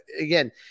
again